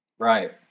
Right